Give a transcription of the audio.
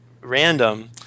random